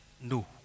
No